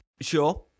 Sure